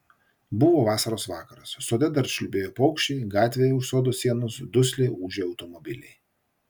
buvo vasaros vakaras sode dar čiulbėjo paukščiai gatvėje už sodo sienos dusliai ūžė automobiliai